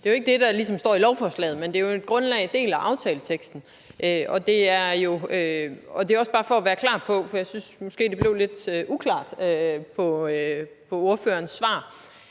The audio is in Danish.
Det er jo ligesom ikke det, der står noget om i lovforslaget, men det er jo en grundlæggende del af aftaleteksten. Det er jo også bare for, at det skal stå klart – for jeg synes måske, det blev lidt uklart i ordførerens svar